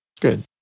Good